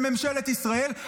בממשלת ישראל.